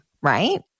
right